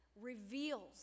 reveals